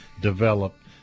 developed